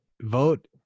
vote